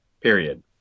Period